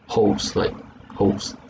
holes like holes